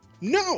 No